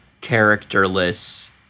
characterless